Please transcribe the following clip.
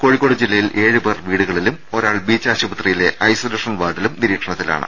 കോഴിക്കോട്ട് ജില്ലയിൽ ഏഴു പേർ വീടുക ളിലും ഒരാൾ ബീച്ച് ആശുപത്രിയിലെ ഐസൊലേഷൻ വാർഡിലും നിരീ ക്ഷണത്തിലാണ്